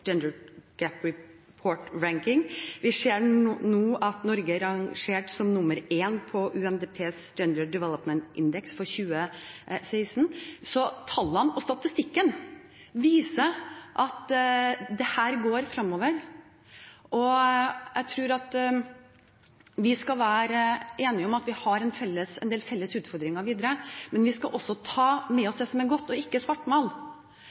Gender Gap Reports ranking. Vi ser nå at Norge er rangert som nummer én på UNDPs Gender Development index for 2016. Så tallene og statistikken viser at dette går fremover. Jeg tror at vi skal være enige om at vi har en del felles utfordringer videre, men vi skal også ta med oss det som er godt, og ikke svartmale. Jeg er